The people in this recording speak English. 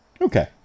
Okay